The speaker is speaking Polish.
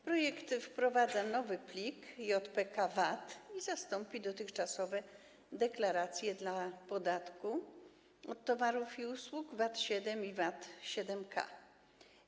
Projekt wprowadza nowy plik JPK VAT, zastąpi on dotychczasowe deklaracje dla podatku od towarów i usług VAT-7 i VAT-7K.